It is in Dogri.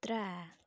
त्रै